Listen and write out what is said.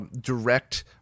direct